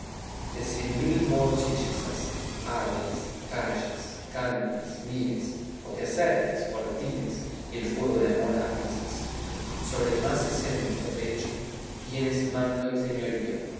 de cien mil modos hechizas hables calles cantes mires o te acerques o retires el fuego de amor atizas sobre el más esento pecho tienes mando y señorío